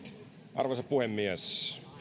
arvoisa puhemies